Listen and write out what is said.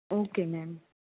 okay ma'am